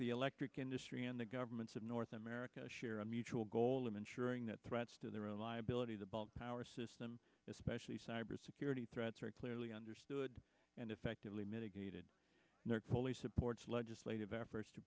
the electric industry and the governments of north america share a mutual goal of ensuring that threats to their own liability the bulk power system especially cyber security that's very clearly understood and effectively mitigated fully supports legislative efforts to